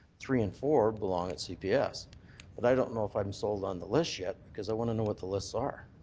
three and four belong at cps but i don't know if i'm sold on the list yet because i want to know what the lists are.